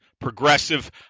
progressive